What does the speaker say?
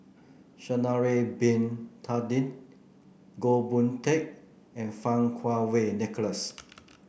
Sha'ari Bin Tadin Goh Boon Teck and Fang Kuo Wei Nicholas